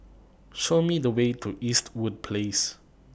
Show Me The Way to Eastwood Place